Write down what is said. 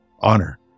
honor